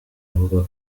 avuga